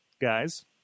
guys